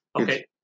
Okay